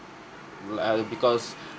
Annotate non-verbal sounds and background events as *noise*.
l~ because *breath*